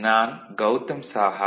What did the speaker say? நான் கௌதம் சாஹா